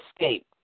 escape